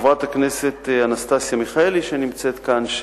לחברת הכנסת אנסטסיה מיכאלי שנמצאת כאן,